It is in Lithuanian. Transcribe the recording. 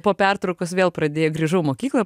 po pertraukos vėl pradė grįžau mokyklą